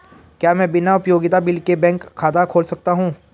क्या मैं बिना उपयोगिता बिल के बैंक खाता खोल सकता हूँ?